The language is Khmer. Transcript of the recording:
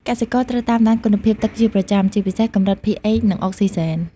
កសិករត្រូវតាមដានគុណភាពទឹកជាប្រចាំ ជាពិសេសកម្រិត pH និងអុកស៊ីហ្សែន។